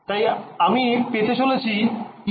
তাই আমি পেতে চলেছি ejωt−k′x